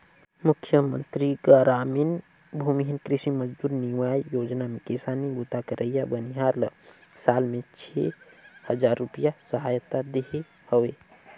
मुख्यमंतरी गरामीन भूमिहीन कृषि मजदूर नियाव योजना में किसानी बूता करइया बनिहार ल साल में छै हजार रूपिया सहायता देहे हवे